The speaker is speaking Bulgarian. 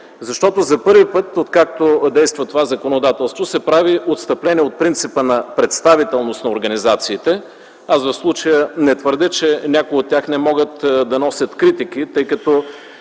За първи път, откакто действа това законодателство, се прави отстъпление от принципа на представителност на организациите, а за случая не твърдя, че някои от тях не могат да носят критики, тъй като